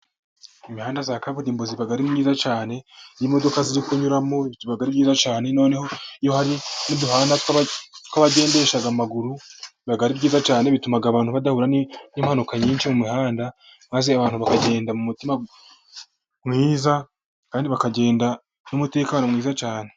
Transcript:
Imihanda ya kaburimbo iba ari myiza cyane, n'imodoka ziri kunyuramo biba ari byiza cyane, noneho iyo hari n'uduhanda twagendesha amaguru, biba ari byiza cyane bituma abantu badahura n'impanuka nyinshi mu muhanda, maze abantu bakagendana umutima mwiza kandi bakagenda n'umutekano mwiza cyane.